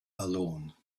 alone